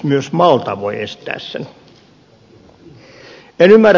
myös malta voi estää sen